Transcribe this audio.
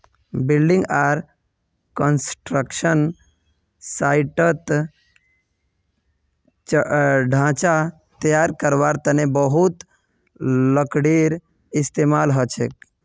building आर construction साइटत ढांचा तैयार करवार तने बहुत लकड़ीर इस्तेमाल हछेक